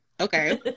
okay